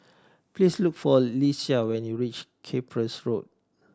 please look for Lesia when you reach Cyprus Road